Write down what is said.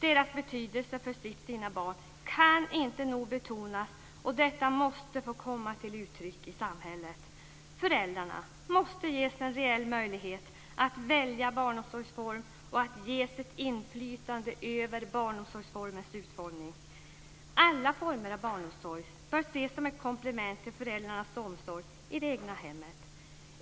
Deras betydelse för sitt eller sina barn kan inte nog betonas, och detta måste få komma till uttryck i samhället. Föräldrarna måste ges en reell möjlighet att välja barnomsorgsform och ges ett inflytande över barnomsorgens utformning. Alla former av barnomsorg bör ses som ett komplement till föräldrarnas omsorg i det egna hemmet.